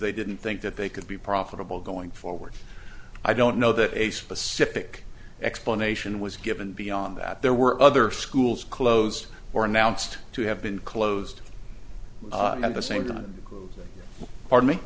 they didn't think that they could be profitable going forward i don't know that a specific explanation was given beyond that there were other schools closed or announced to have been closed at the same